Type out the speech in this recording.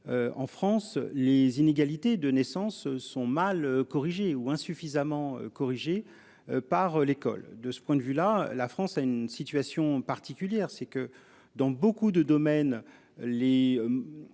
En France, les inégalités de naissance sont mal corrigé ou insuffisamment corrigée par l'école de ce point de vue là, la France a une situation particulière, c'est que dans beaucoup de domaines